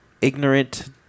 ignorant